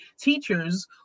teachers